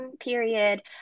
period